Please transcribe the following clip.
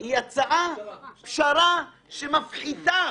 היא הצעת פשרה שמפחיתה